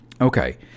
okay